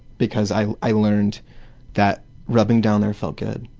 because i i learnt that rubbing down there felt good.